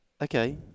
Okay